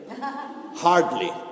Hardly